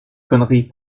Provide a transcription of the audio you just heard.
conneries